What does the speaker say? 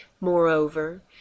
moreover